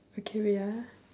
okay wait ah